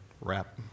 wrap